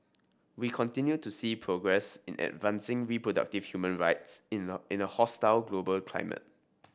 we continue to see progress in advancing reproductive human rights in a in a hostile global climate